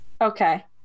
Okay